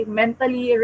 mentally